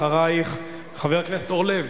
אחרייך - חבר הכנסת אורלב,